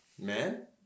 man